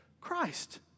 Christ